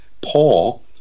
Paul